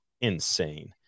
insane